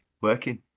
working